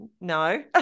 no